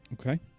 Okay